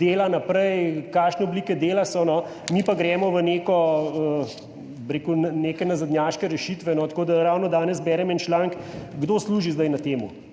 dela naprej, kakšne oblike dela so, mi pa gremo v neke nazadnjaške rešitve. Ravno danes berem en članek, kdo s tem zdaj služi.